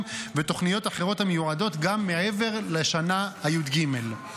ותוכניות אחרות המיועדות גם מעבר לשנה הי"ג.